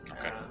Okay